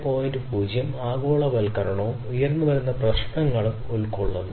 0 ആഗോളവൽക്കരണവും ഉയർന്നുവരുന്ന പ്രശ്നങ്ങളും ഉൾക്കൊള്ളുന്നു